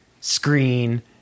screen